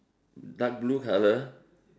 dark blue colour